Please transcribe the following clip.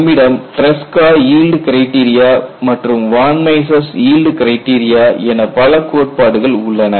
நம்மிடம் Tresca yield criteria மற்றும் von Mises yield criteria என பல கோட்பாடுகள் உள்ளன